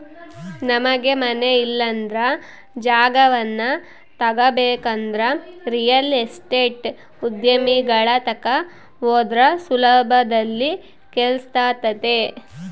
ನಮಗೆ ಮನೆ ಇಲ್ಲಂದ್ರ ಜಾಗವನ್ನ ತಗಬೇಕಂದ್ರ ರಿಯಲ್ ಎಸ್ಟೇಟ್ ಉದ್ಯಮಿಗಳ ತಕ ಹೋದ್ರ ಸುಲಭದಲ್ಲಿ ಕೆಲ್ಸಾತತೆ